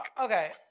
okay